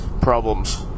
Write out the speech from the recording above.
problems